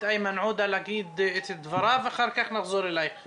איימן עודה להגיד את דבריו ואחר כך נחזור אלייך,